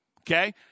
okay